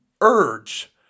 urge